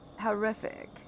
horrific